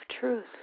truth